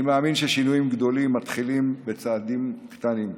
אני מאמין ששינויים גדולים מתחילים בצעדים קטנים.